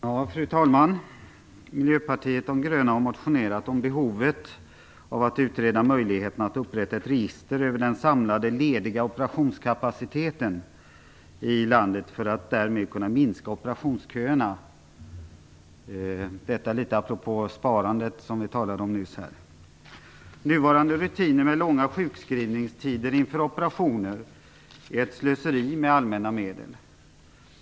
Fru talman! Miljöpartiet de gröna har motionerat om behovet av att utreda möjligheterna att upprätta ett register över den samlade operationskapaciteten i landet för att därmed kunna minska operationsköerna - detta apropå sparandet. Nuvarande rutiner med långa sjukskrivningar inför operationer är ett slöseri med allmänna medel.